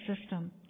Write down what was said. system